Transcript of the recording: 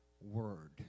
word